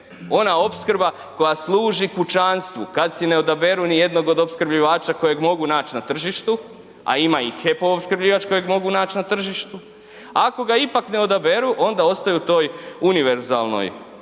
ona opskrba koja služi kućanstvu kad si ne odaberu ni jednog od opskrbljivača kojeg mogu naći na tržištu, a ima i HEP-ov opskrbljivač kojeg mogu naći na tržištu, ako ga ipak ne odaberu onda ostaju u toj univerzalnoj